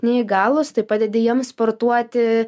neįgalūs tai padedi jiem sportuoti